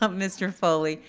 um mr. foley.